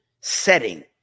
setting